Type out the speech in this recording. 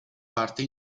parte